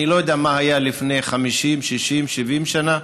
אני לא יודע מה היה לפני 50, 60, 70 שנה.